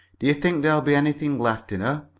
do you think there'll be anything left in her?